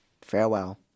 Farewell